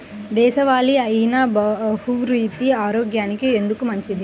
దేశవాలి అయినా బహ్రూతి ఆరోగ్యానికి ఎందుకు మంచిది?